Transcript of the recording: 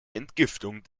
entgiftung